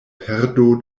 perdo